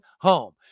home